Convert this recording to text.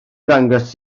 ddangos